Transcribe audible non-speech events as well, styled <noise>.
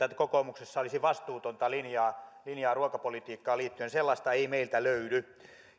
<unintelligible> että kokoomuksessa olisi vastuutonta linjaa linjaa ruokapolitiikkaan liittyen sellaista ei meiltä löydy